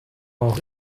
auch